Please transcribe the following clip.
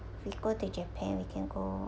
we go to japan we can go